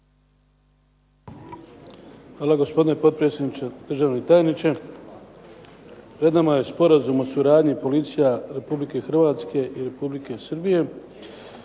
Hvala, gospodine potpredsjedniče. Državni tajniče. Pred nama je Sporazum o suradnji policija Republike Hrvatske i Republike Srbije.